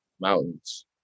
Mountains